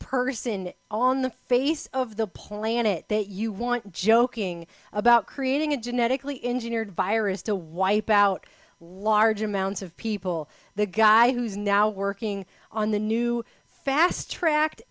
person on the face of the planet that you want joking about creating a genetically engineered virus to wipe out large amounts of people the guy who's now working on the new fast track